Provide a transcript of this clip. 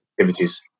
activities